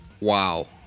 Wow